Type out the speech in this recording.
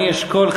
אני אשקול,